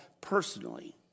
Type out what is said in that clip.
personally